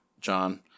John